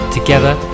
Together